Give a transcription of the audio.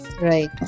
right